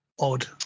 odd